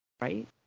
right